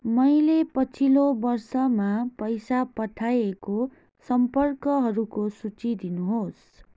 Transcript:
मैले पछिल्लो वर्षमा पैसा पठाएको सम्पर्कहरूको सूची दिनुहोस्